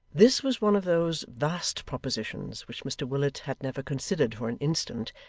this was one of those vast propositions which mr willet had never considered for an instant,